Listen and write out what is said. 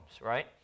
right